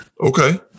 okay